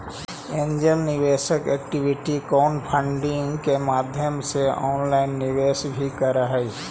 angel निवेशक equity crowdfunding के माध्यम से ऑनलाइन निवेश भी करऽ हइ